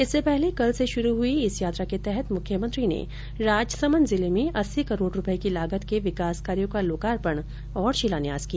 इससे पहले कल से शुरू हुई इस यात्रा के तहत मुख्यमंत्री ने राजसमंद जिले में अस्सी करोड़ रुपये की लागत के विकास कार्यो का लोकार्पण और शिलान्यास किया